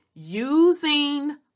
using